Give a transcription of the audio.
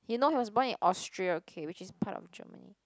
he know he was born in Austria okay which is part of Germany